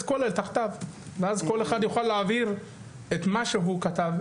הכול תחתיו ואז כל אחד יוכל להעביר את מה שהוא כתב,